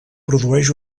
produeix